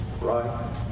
Right